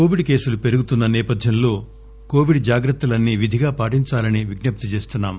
Covid కేసులు పెరుగుతున్న సేపథ్యంలో కోవిడ్ జాగ్రత్తలన్సీ విధిగా పాటించాలని విజ్ఞప్తి చేస్తున్నాం